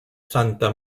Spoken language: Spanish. santa